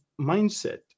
mindset